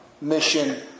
Mission